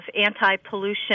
anti-pollution